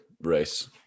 race